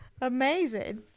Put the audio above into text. Amazing